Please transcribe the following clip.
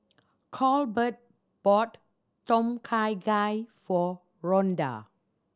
Colbert bought Tom Kha Gai for Ronda